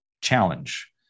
challenge